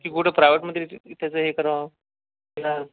की कुठं प्रायव्हेटमध्ये त्याचा हा करावा इलाज